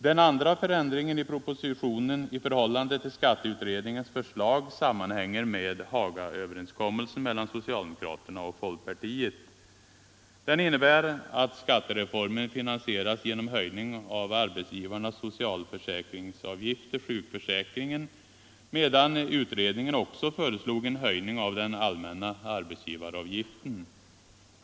Den andra förändringen i propositionen i förhållande till skatteutredningens förslag sammanhänger med Hagaöverenskommelsen mellan socialdemokraterna och folkpartiet. Den innebär att skattereformen finansieras genom höjning av arbetsgivarnas socialförsäkringsavgift till sjukförsäkringen, medan utredningen föreslog en höjning också av den allmänna arbetsgivaravgiften.